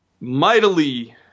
mightily